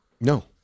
No